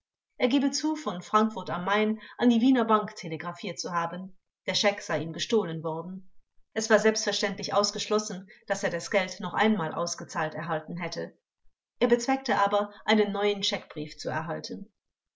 er gebe zu von frankfurt a m an die wiener bank telegraphiert zu haben der scheck sei ihm gestohlen worden es war selbstverständlich ausgeschlossen daß er das geld noch einmal ausgezahlt erhalten hätte er bezweckte aber einen neuen scheckbrief brief zu erhalten